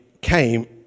came